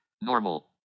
normal